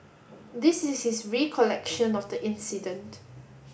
this is his recollection of the incident